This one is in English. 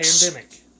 pandemic